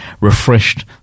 refreshed